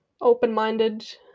open-minded